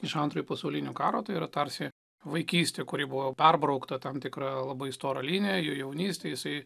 iš antrojo pasaulinio karo tai yra tarsi vaikystė kuri buvo perbraukta tam tikra labai stora linija jo jaunystė jisai